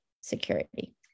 security